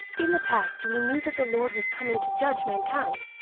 in the past, we knew that the lord was coming to judge mankind,